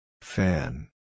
Fan